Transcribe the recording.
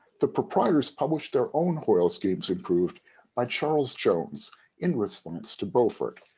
the proprietors published their own hoyle's games improved by charles jones in response to beaufort.